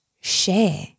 share